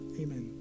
Amen